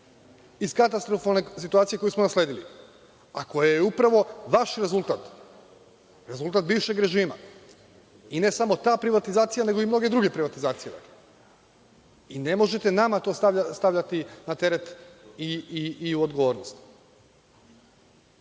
iz katastrofalne situacije koju smo nasledili, ako je upravo vaš rezultat, rezultat bivšeg režima i ne samo ta privatizacija nego i mnoge druge privatizacije i ne možete nama to stavljati na teret i odgovornost. Pominjali